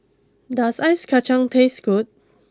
does Ice Kacang taste good